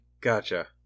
Gotcha